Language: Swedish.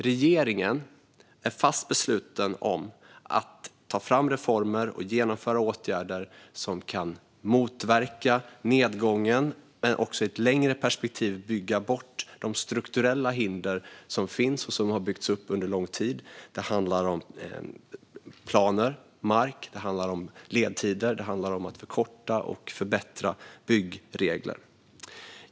Regeringen är fast besluten att ta fram reformer och genomföra åtgärder som kan motverka nedgången men också i ett längre perspektiv bygga bort de strukturella hinder som finns och som har byggts upp under lång tid. Det handlar om planer, mark och ledtider samt om att förkorta och förbättra byggregler.